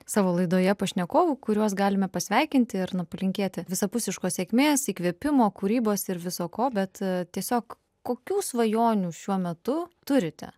savo laidoje pašnekovų kuriuos galime pasveikinti ir na palinkėti visapusiškos sėkmės įkvėpimo kūrybos ir viso ko bet tiesiog kokių svajonių šiuo metu turite